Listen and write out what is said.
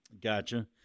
Gotcha